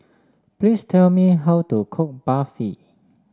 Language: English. please tell me how to cook Barfi